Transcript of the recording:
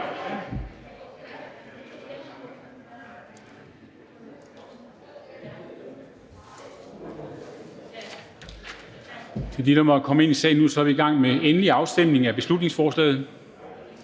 Til dem, der kommer ind i salen nu, er vi i gang med endelig afstemning om beslutningsforslaget.